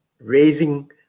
raising